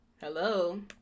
Hello